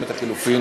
לא להצביע.